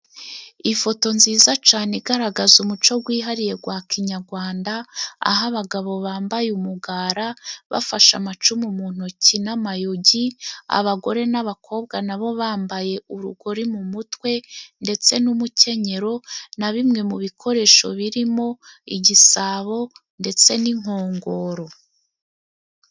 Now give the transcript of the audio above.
Ifoto nziza cane igaragaza umuco gwihariye gwa kinyagwanda, aho abagabo bambaye umugara, bafashe amacumu mu ntoki n'amayugi, abagore n'abakobwa na bo bambaye urugori mu mutwe ndetse n'umukenyero na bimwe mu bikoresho birimo igisabo ndetse n'inkongoro.